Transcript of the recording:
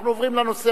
אנחנו עוברים לנושא